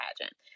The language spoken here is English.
pageant